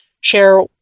share